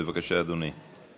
בבקשה, אדוני.